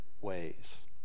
ways